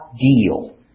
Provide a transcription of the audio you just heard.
deal